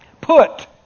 put